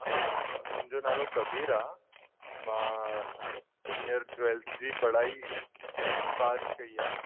हा मुंहिंजो नालो कबीर आहे मां हींअर टवेल्थ जी पढ़ाई पास कयी आहे